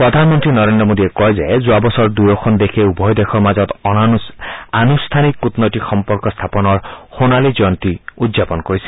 প্ৰধানমন্ত্ৰী নৰেন্দ্ৰ মোদীয়ে কয় যে যোৱা বছৰ দুয়োখন দেশে উভয় দেশৰ মাজত আনুষ্ঠানিক কূটনৈতিক সম্পৰ্ক স্থাপনত সোণালী জয়ন্তী উদযাপন কৰিছিল